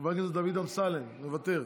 חבר הכנסת דוד אמסלם, מוותר,